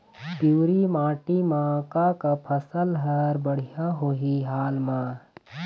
पिवरी माटी म का का फसल हर बढ़िया होही हाल मा?